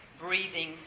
breathing